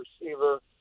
receiver